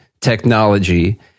technology